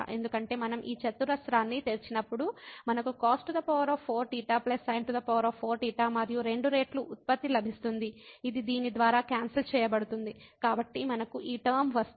ఎందుకంటే మనం ఈ చతురస్రాన్ని తెరిచినప్పుడు మనకు cos4θ sin4θ మరియు 2 రెట్లు ఉత్పత్తి లభిస్తుంది ఇది దీని ద్వారా క్యాన్సల్ చేయబడుతుంది కాబట్టి మనకు ఈ టర్మ వస్తుంది